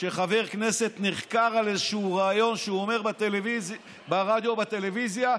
שחבר כנסת נחקר על איזשהו ריאיון שהוא אומר ברדיו או בטלוויזיה,